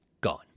gone